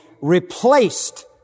replaced